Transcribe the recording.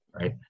Right